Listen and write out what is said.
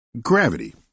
Gravity